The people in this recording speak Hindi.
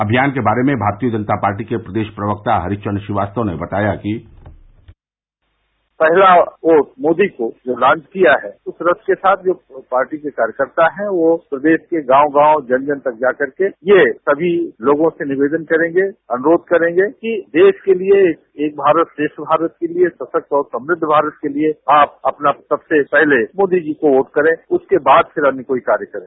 अभियान के बारे में भारतीय जनता पार्टी के प्रदेश प्रवक्ता हरीश चन्द्र श्रीवास्तव ने बताया कि पहला वोट मोदी को जो लांच किया है उस रथ के साथ पार्टी के कार्यकर्ता है वह प्रदेश के गांव गांव जन जन तक जाकर के ये समी लोगों से निवेदन करेंगे अनुरोध करेंगे कि देश के लिये एक भारत श्रेष्ठ भारत के लिये सशक्त और समृद्ध भारत क लिये आप अपना सबसे पहले मोदी जी को वोट करे उसके बाद फिर अन्य कोई कार्य करे